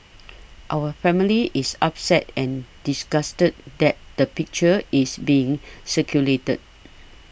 our family is upset and disgusted that the picture is being circulated